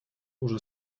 уже